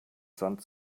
sand